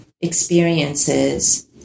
experiences